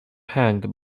hanged